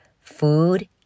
food